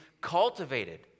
Cultivated